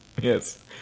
Yes